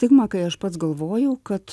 tigma kai aš pats galvojau kad